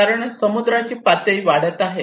कारण समुद्राची पातळी वाढत आहे